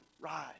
rise